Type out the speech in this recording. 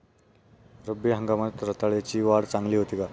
रब्बी हंगामात रताळ्याची वाढ चांगली होते का?